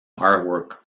artwork